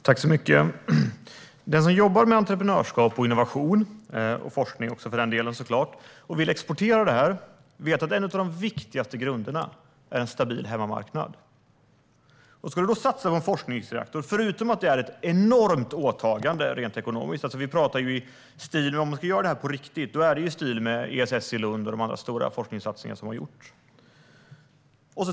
Fru talman! Den som jobbar med entreprenörskap, innovation och forskning och vill exportera energi vet att en av de viktigaste grunderna är en stabil hemmamarknad. Det är ett enormt ekonomiskt åtagande att satsa på en forskningsreaktor i stil med ESS i Lund och andra stora forskningssatsningar.